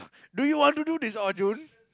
do you want to do this or don't